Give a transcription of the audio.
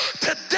Today